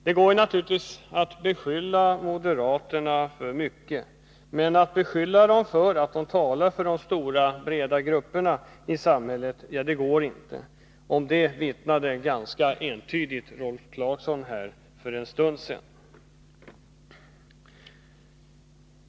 Det går naturligtvis att beskylla moderaterna för mycket, men att beskylla dem för att tala för de stora, breda grupperna i samhället går inte. Om detta vittnade ganska entydigt Rolf Clarkson här för en stund sedan.